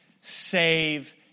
save